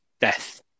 Death